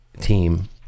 team